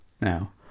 now